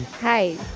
Hi